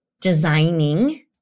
designing